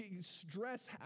stress